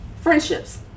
friendships